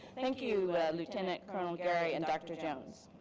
thank you lieutenant colonel garey and dr. jones.